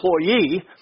employee